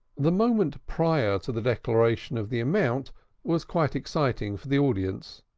the moment prior to the declaration of the amount was quite exciting for the audience.